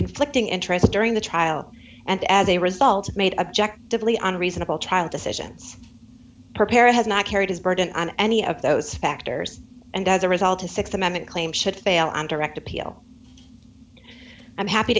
conflicting interests during the trial and as a result made object dibley on reasonable child decisions her parent has not carried his burden on any of those factors and as a result his th amendment claim should fail on direct appeal i'm happy